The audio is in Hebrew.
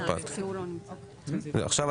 עכשיו,